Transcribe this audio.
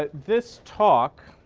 ah this talk